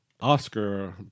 Oscar